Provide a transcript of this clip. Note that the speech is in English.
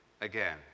again